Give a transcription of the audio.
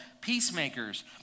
peacemakers